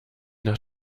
nach